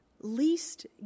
least